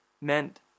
meant